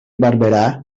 barberà